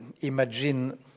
imagine